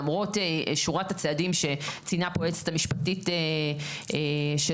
למרות שורת הצעדים שציינה פה היועצת המשפטית של הרשות,